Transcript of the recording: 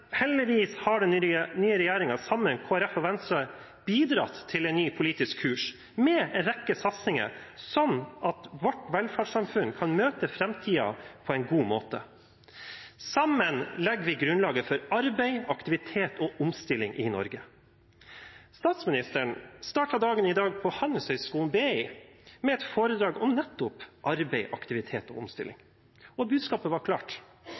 Heldigvis har den nye regjeringen sammen med Kristelig Folkeparti og Venstre bidratt til en ny politisk kurs med en rekke satsinger, slik at vårt velferdssamfunn kan møte framtiden på en god måte. Sammen legger vi grunnlaget for arbeid, aktivitet og omstilling i Norge. Statsministeren startet dagen i dag på Handelshøyskolen BI med et foredrag om nettopp arbeid, aktivitet og omstilling, og budskapet var klart: